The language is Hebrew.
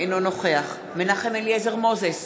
אינו נוכח מנחם אליעזר מוזס,